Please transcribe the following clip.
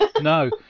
No